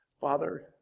Father